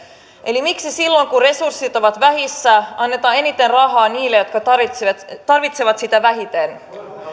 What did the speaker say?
eli miksi silloin kun resurssit ovat vähissä annetaan eniten rahaa niille jotka tarvitsevat tarvitsevat sitä vähiten